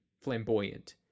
flamboyant